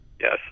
Yes